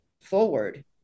forward